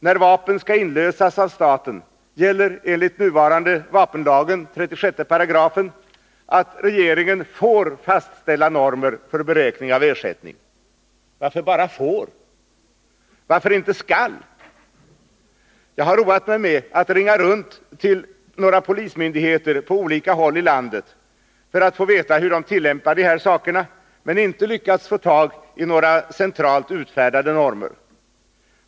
När vapen skall inlösas av staten gäller enligt nuvarande 36 § vapenlagen att regeringen får fastställa normer för beräkning av ersättning. Varför bara får? Varför inte skall? Jag har roat mig med att ringa runt till några polismyndigheter på olika håll i landet för att få veta hur de tillämpar de här sakerna, men jag har inte lyckats få tagi några centralt utfärdade normer.